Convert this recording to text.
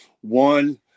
One